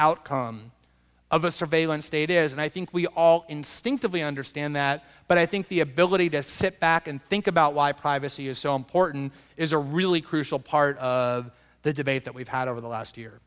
outcome of a surveillance state is and i think we all instinctively understand that but i think the ability to sit back and think about why privacy is so important is a really crucial part of the debate that we've had over the last year